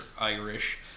Irish